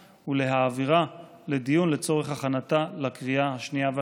ולהעבירה לדיון לצורך הכנתה לקריאה השנייה והשלישית.